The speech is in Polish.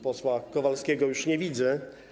Posła Kowalskiego już nie widzę.